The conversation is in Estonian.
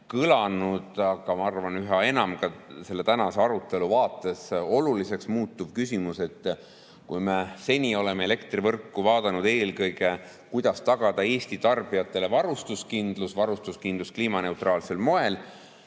kõlanud, aga ma arvan, et üha enam selle tänase arutelu vaates oluliseks muutuv küsimus [on järgmine]. Seni oleme elektrivõrgu puhul vaadanud eelkõige, kuidas tagada Eesti tarbijatele varustuskindlus – varustuskindlus kliimaneutraalsel moel